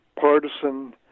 partisan